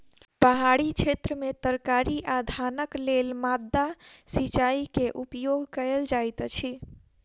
पहाड़ी क्षेत्र में तरकारी आ धानक लेल माद्दा सिचाई के उपयोग कयल जाइत अछि